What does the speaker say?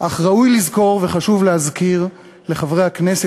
אך ראוי לזכור וחשוב להזכיר לחברי הכנסת,